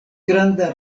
granda